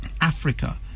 Africa